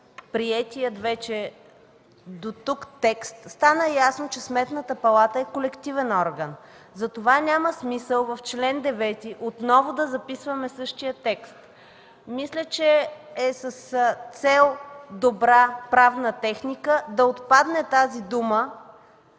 приетия вече дотук текст стана ясно, че Сметната палата е колективен орган. Затова няма смисъл в чл. 9 отново да записваме същия текст. Мисля, че е с цел добра правна техника да отпадне тази дума